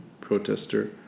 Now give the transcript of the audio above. protester